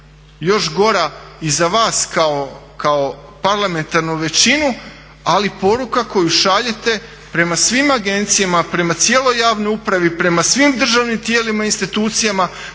još gora i za vas kao parlamentarnu većinu. Ali poruka koju šaljete prema svim agencijama, prema cijeloj javnoj upravi, prema svim državnim tijelima i institucijama,